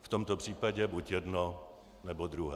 V tomto případě buď jedno, nebo druhé.